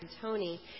Tony